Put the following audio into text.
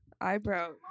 Eyebrow